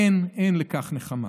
אין על כך נחמה.